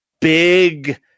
big